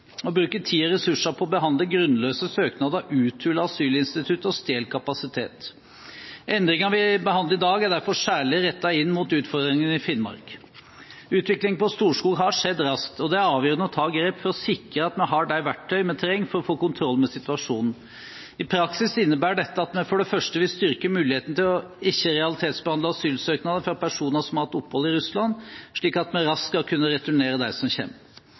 Å bruke tid og ressurser på å behandle grunnløse søknader uthuler asylinstituttet og stjeler kapasitet. Endringene vi behandler i dag, er derfor særlig rettet inn mot utfordringene i Finnmark. Utviklingen på Storskog har skjedd raskt, og det er avgjørende å ta grep for å sikre at vi har de verktøy vi trenger for å få kontroll med situasjonen. I praksis innebærer dette at vi først og fremst vil styrke muligheten til ikke å realitetsbehandle asylsøknader fra personer som har hatt opphold i Russland, slik at vi raskt skal kunne returnere dem som